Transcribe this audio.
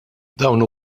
dawn